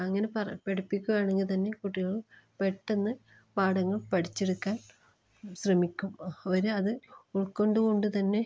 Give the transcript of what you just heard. അങ്ങനെ പറ പഠിപ്പിക്കുവാണെങ്കിൽ തന്നെ കുട്ടികൾ പെട്ടെന്ന് പാഠങ്ങൾ പഠിച്ചെടുക്കാൻ ശ്രമിക്കും അവർ അത് ഉൾക്കൊണ്ട് കൊണ്ട് തന്നെ